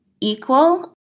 equal